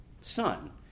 son